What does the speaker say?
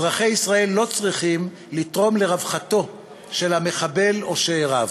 אזרחי ישראל לא צריכים לתרום לרווחת המחבל או שאיריו.